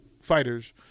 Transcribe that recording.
fighters